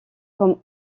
comme